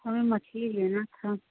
हमें मछली लेना था